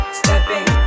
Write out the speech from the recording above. stepping